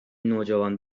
نوجوان